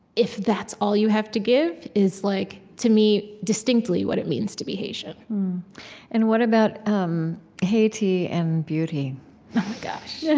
if that's all you have to give, is, like to me, distinctly what it means to be haitian and what about um haiti and beauty? oh, my gosh yeah